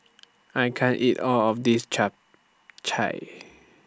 I can't eat All of This Chap Chai